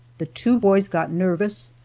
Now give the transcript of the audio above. the two boys got nervous,